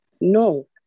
no